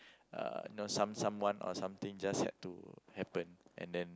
uh you know some someone or something just had to happen and then